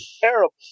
terrible